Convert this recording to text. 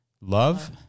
love